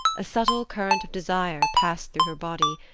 a subtle current of desire passed through her body,